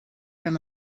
from